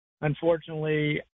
unfortunately